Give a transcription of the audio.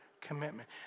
commitment